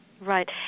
Right